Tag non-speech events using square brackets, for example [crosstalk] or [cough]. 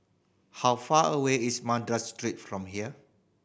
how far away is [unintelligible] Street from here